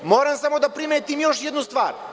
Moram da primetim još jednu stvar.